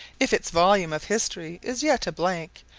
if its volume of history is yet a blank,